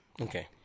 Okay